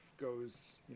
goes